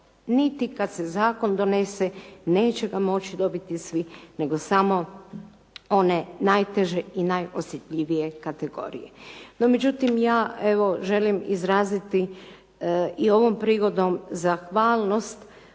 niti kad se zakon donese neće ga moći dobiti svi, nego samo one najteže i najosjetljivije kategorije. No međutim, ja evo želim izraziti i ovom prigodom zahvalnost.